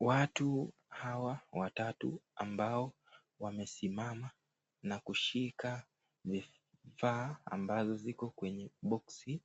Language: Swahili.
Watu hawa watatu ambao wamesimama na kushika vifaa ambazo ziko kwenye boksi